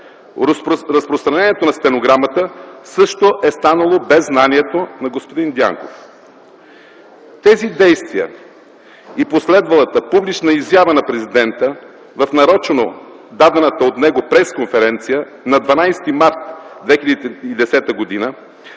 Разпространението на стенограмата също е станало без знанието на господин Дянков. Тези действия и последвалата публична изява на президента в нарочно дадената от него пресконференция на 12 март 2010 г.